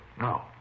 No